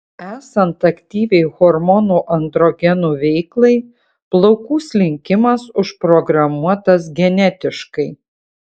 esant aktyviai hormonų androgenų veiklai plaukų slinkimas užprogramuotas genetiškai